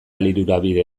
lilurabide